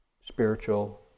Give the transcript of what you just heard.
spiritual